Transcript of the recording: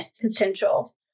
potential